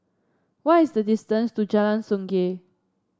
what is the distance to Jalan Sungei